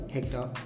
Hector